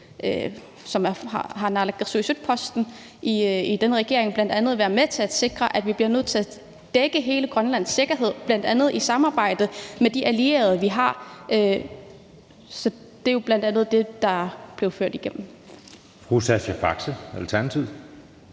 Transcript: der har naalakkersuisutposten i den regering, har bl.a. været med til at sikre, at vi bliver nødt til at dække hele Grønlands sikkerhed, bl.a. i samarbejde med de allierede, vi har. Så det er bl.a. det, der er blevet ført igennem.